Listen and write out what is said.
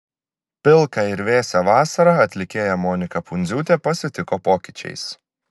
pilką ir vėsią vasarą atlikėja monika pundziūtė pasitiko pokyčiais